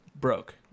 broke